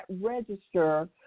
register